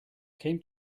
came